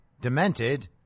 demented